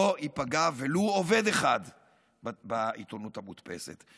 לא ייפגע ולו עובד אחד בעיתונות המודפסת.